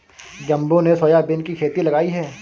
जम्बो ने सोयाबीन की खेती लगाई है